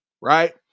right